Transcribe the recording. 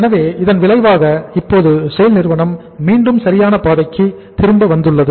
எனவே இதன் விளைவாக இப்போது SAIL நிறுவனம் மீண்டும் சரியான பாதைக்கு திரும்பி வந்துள்ளது